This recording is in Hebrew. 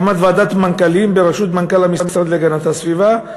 הקמת ועדת מנכ"לים בראשות מנכ"ל המשרד להגנת הסביבה,